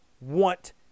want